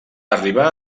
arribar